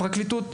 לפרקליטות,